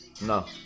No